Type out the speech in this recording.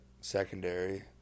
secondary